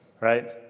right